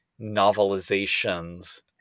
novelizations